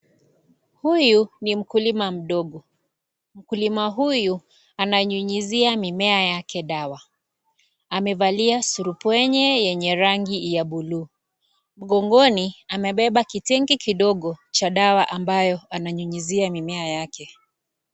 Huyu ni mkulima mdogo, mkulima huyu anayunyuzia mimea yake dawa, amevalia surupwenye yenye rangi ya bulu, mgongoni amebeba kitenki kidogo cha dawa ambayo ananyunyuzia mimea yake.